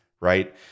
right